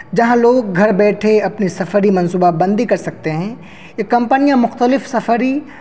جہاں لوگ گھر بیٹھے اپنے سفری منصوبہ بندی کر سکتے ہیں یہ کمپنیاں مختلف سفری